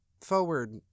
forward